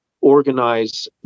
organize